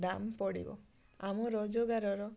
ଦାମ ପଡ଼ିବ ଆମ ରୋଜଗାରର